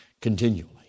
Continually